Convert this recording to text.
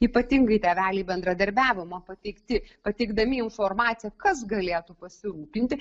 ypatingai tėveliai bendradarbiavimo pateikti pateikdami informaciją kas galėtų pasirūpinti